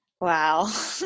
Wow